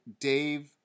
Dave